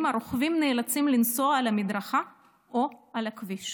הרוכבים נאלצים לנסוע על המדרכה או על הכביש